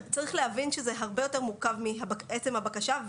צריך להבין שזה הרבה יותר מורכב מעצם הבקשה.